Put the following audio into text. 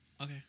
Okay